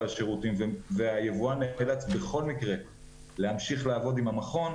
השירותים והיבואן נאלץ בכל מקרה להמשיך לעבוד עם המכון,